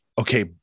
okay